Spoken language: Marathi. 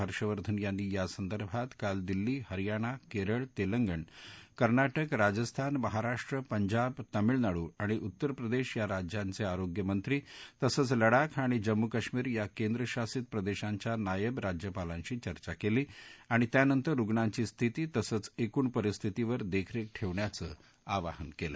हर्षवर्धन यांनी यासंदर्भात काल दिल्ली हरयाणा केरळ तेलंगण कर्नाटक राजस्थान महाराष्ट्र पंजाब तामिळनाडू आणि उत्तर प्रदेश या राज्यांचे आरोग्यमंत्री तसंच लडाख आणि जम्मू कश्मीर या केंद्रशासित प्रदेशांच्या नायब राज्यपालांशी चर्चा केली आणि त्यानंतर रुग्णांची स्थिती तसंच एकूण परिस्थितीवर देखरेख ठेवण्याचं आवाहन केलं